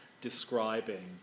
describing